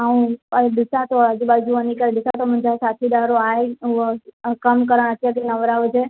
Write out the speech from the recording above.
ऐं पहिरीं ॾिसां त आजू बाजू वञी करे ॾिसदमि की छा आहे कमु करणु अचां थी या न